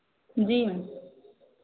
जी ma'am